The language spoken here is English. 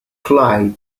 clyde